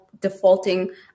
defaulting